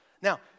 Now